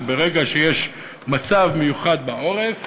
וברגע שיש מצב מיוחד בעורף